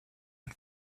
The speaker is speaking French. une